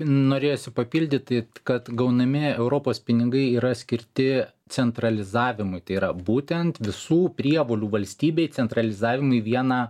norėjosi papildyti kad gaunami europos pinigai yra skirti centralizavimui tai yra būtent visų prievolių valstybei centralizavimui vieną